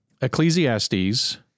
Ecclesiastes